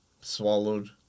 swallowed